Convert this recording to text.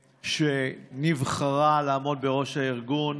שנבחרה לעמוד בראש הארגון.